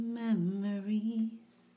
memories